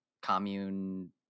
commune